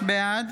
בעד